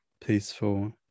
peaceful